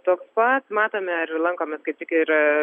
toks pat matome ir lankomi skaityk ir